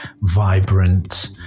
vibrant